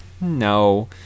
No